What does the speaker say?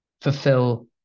fulfill